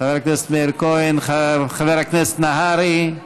חבר הכנסת נהרי,